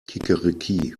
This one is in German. kikeriki